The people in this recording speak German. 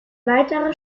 weiterer